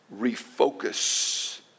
refocus